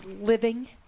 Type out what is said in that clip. living